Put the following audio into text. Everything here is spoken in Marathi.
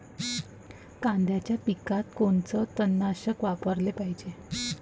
कांद्याच्या पिकात कोनचं तननाशक वापराले पायजे?